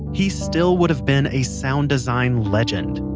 he still would have been a sound design legend.